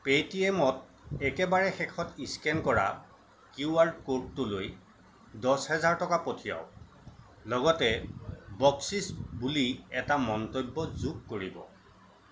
pay টি এমত একেবাৰে শেষত স্কেন কৰা কিউ আৰ ক'ডটোলৈ দহ হাজাৰ টকা পঠিয়াওঁক লগতে বক্চিচ বুলি এটা মন্তব্য যোগ কৰিব